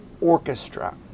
orchestra